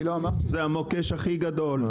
אני לא אמרתי --- זה המוקש הכי גדול,